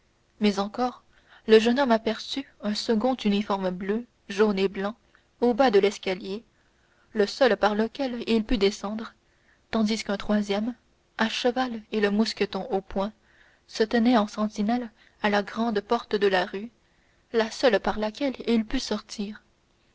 mais encore le jeune homme aperçut un second uniforme bleu jaune et blanc au bas de l'escalier le seul par lequel il pût descendre tandis qu'un troisième à cheval et le mousqueton au poing se tenait en sentinelle à la grande porte de la rue la seule par laquelle il pût sortir